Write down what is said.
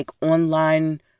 online